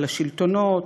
על השלטונות,